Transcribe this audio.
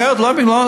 אחרת לא מקבלים,